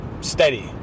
steady